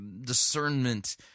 discernment